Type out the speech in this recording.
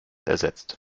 ersetzt